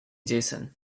jason